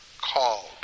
called